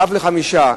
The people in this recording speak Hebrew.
אב לחמישה,